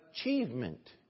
achievement